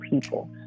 people